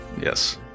Yes